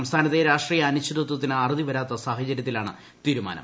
സംസ്ഥാനത്തെ രാഷ്ട്രീയ അനിശ്ചിതത്വത്തിന് അറുതിവരാത്ത സാഹചര്യത്തിലാണ് തീരുമാനം